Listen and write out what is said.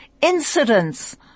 incidents